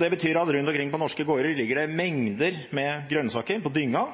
Det betyr at det rundt omkring på norske gårder ligger mengder med grønnsaker på dynga